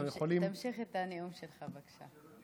תמשיך את הנאום שלך, בבקשה.